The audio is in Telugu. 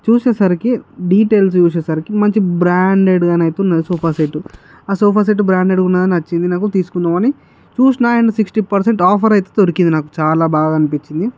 చూసేసరికి డిటైల్స్ చూసేసరికి మంచి బ్రాండెడ్ గాని అయితే ఉన్నది సోఫా సెట్టు ఆ సోఫా సెట్టు బ్రాండెడ్గా ఉన్నదని నచ్చింది నాకు తీసుకుందామని చూసినా అండ్ సిక్స్టీ పర్సెంట్ ఆఫర్ అయితే దొరికింది నాకు చాలా బాగా అనిపించింది